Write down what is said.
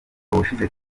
ubushize